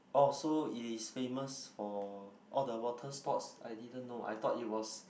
oh so it is famous for all the water sports I didn't know I thought it was